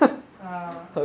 ah